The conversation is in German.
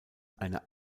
eine